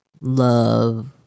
love